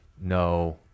no